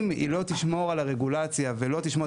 אם היא לא תשמור על הרגולציה והיא לא תשמור על